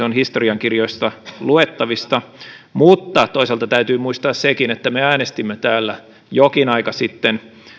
on historiankirjoista luettavissa mutta toisaalta täytyy muistaa sekin että me äänestimme täällä jokin aika sitten